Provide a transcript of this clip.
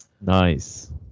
Nice